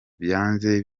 byanze